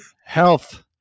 health